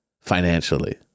financially